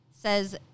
says